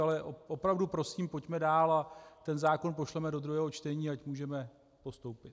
Ale opravdu prosím, pojďme dál a ten zákon pošleme do druhého čtení, ať můžeme postoupit.